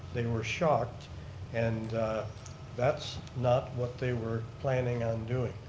they were shocked and that's not what they were planning on doing.